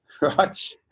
right